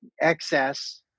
excess